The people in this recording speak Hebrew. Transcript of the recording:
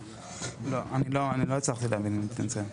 אני לא הצלחתי להבין, אני מתנצל.